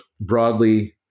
broadly